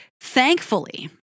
thankfully